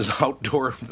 outdoor